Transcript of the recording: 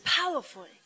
powerful